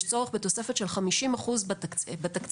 יש צורך בתוספת של 50% בתקציב,